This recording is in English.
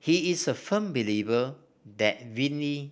he is a firm believer that vinyl